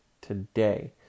today